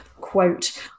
quote